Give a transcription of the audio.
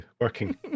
working